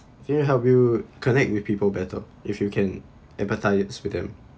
help you connect with people better if you can empathize it with them